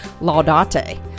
Laudate